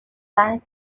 planet